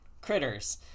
critters